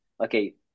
Okay